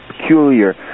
peculiar